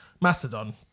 Macedon